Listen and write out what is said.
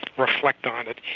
reflect on it,